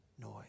noise